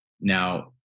now